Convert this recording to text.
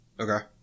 Okay